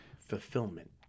fulfillment